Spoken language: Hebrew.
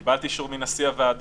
בגלל שהמכתב הוא ארוך,